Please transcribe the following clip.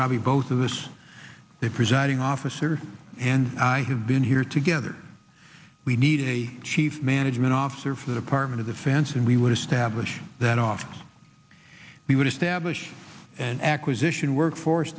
probably both of us if residing officer and i have been here together we need a chief management officer for the department of defense and we would establish that office we would establish an acquisition workforce